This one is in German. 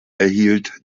erhielt